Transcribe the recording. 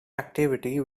activity